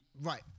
Right